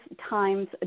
times